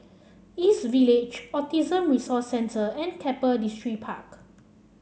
East Village Autism Resource Centre and Keppel Distripark